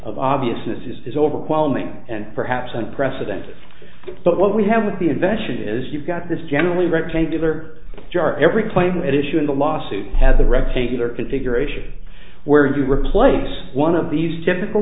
of obviousness is overwhelming and perhaps unprecedented but what we have with the invention is you've got this generally rectangular jar every claim it is shoe in the lawsuit has a rectangular configuration where you replace one of these typical